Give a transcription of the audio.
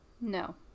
No